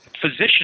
Physician